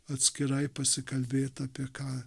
atskirai pasikalbėt apie ką